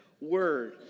word